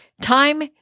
Time